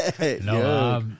No